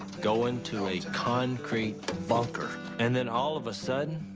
go into a concrete bunker, and then all of a sudden,